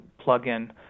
plugin